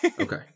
Okay